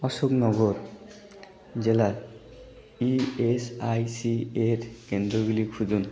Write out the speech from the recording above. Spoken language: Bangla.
অশোকনগর জেলায় ইএসআইসি এর কেন্দ্রগুলি খুঁজুন